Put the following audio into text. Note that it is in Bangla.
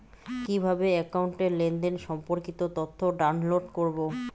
কিভাবে একাউন্টের লেনদেন সম্পর্কিত তথ্য ডাউনলোড করবো?